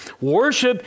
worship